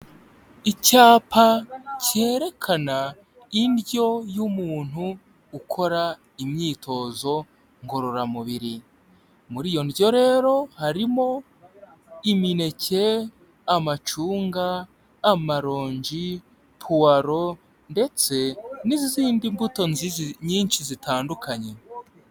Icyapa cyerekana indyo y'umuntu ukora imyitozo ngororamubiri, muri iyo ndyo rero harimo imineke, amacunga, amarongi, puwalo, ndetse n'izindi mbuto nyinshi zitandukanye.